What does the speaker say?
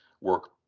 work